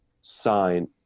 sign